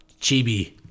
Chibi